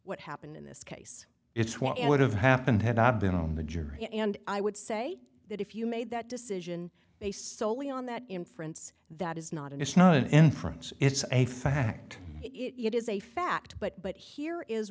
what happened in this case it's what would have happened had i been on the jury and i would say that if you made that decision based solely on that inference that is not an it's not an inference it's a fact it is a fact but but here is